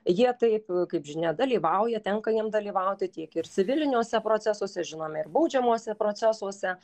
jie taip kaip žinia dalyvauja tenka jiem dalyvauti tiek ir civiliniuose procesuose žinome ir baudžiamuose procesuose